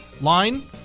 Line